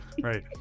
Right